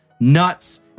nuts